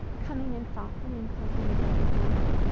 coming in softly and closing the door behind him.